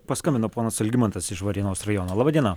paskambino ponas algimantas iš varėnos rajono laba diena